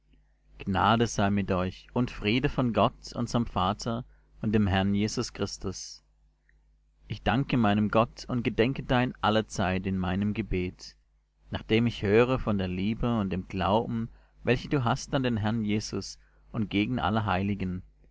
gnade sei mit euch und friede von gott unserm vater und dem herrn jesus christus ich danke meinem gott und gedenke dein allezeit in meinem gebet nachdem ich höre von der liebe und dem glauben welche du hast an den herrn jesus und gegen alle heiligen